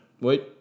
Wait